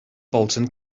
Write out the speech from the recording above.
bolton